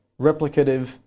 replicative